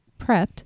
prepped